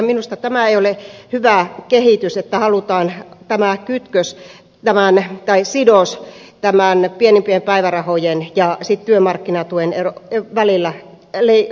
minusta tämä ei ole hyvä kehitys että halutaan tämä sidos näiden pienimpien päivärahojen ja työmarkkinatuen välillä ottaa pois